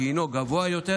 שהינה גבוהה יותר,